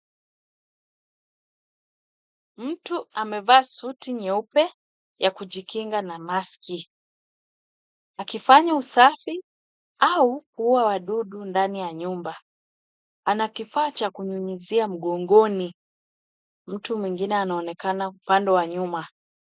Mtu amevaa suti nyeupe ya kujikinga na maski, akifanya usafi au kuuwa wadudu ndani ya nyumba. Ana kifaa cha kunyunyuzia mgongoni, mtu mwingine anaonekana upande wa nyuma.